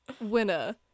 winner